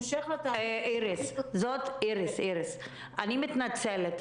איריס, אני מתנצלת.